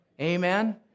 Amen